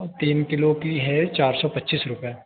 तीन किलो की है चार सौ पच्चीस रुपये